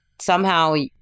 somehow-